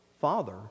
Father